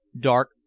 dark